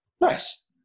Nice